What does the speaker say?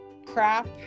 crap